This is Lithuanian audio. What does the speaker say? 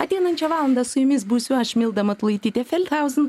ateinančią valandą su jumis būsiu aš milda matulaitytė feldhausen